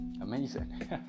Amazing